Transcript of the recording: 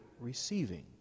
receiving